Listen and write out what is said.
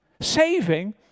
saving